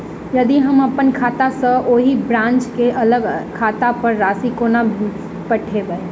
यदि हम अप्पन खाता सँ ओही ब्रांच केँ अलग खाता पर राशि कोना पठेबै?